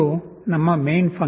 ಇದು ನಮ್ಮ main function